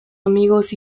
amigos